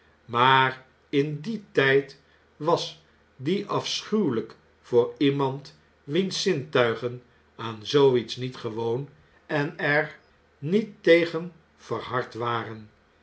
maar te dier tijd was die afschuweljjk voor iemand wiens zintuigen aan zoo iets niet gewoon en er niet tegen verhard waren